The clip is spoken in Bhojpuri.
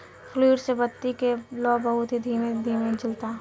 फ्लूइड से बत्ती के लौं बहुत ही धीमे धीमे जलता